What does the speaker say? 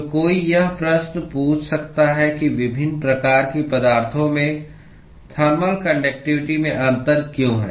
तो कोई यह प्रश्न पूछ सकता है कि विभिन्न प्रकार की पदार्थों में थर्मल कान्डक्टिवटी में अंतर क्यों है